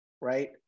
right